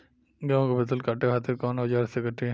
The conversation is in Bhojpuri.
गेहूं के फसल काटे खातिर कोवन औजार से कटी?